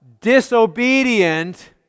Disobedient